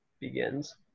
begins